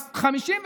אז 53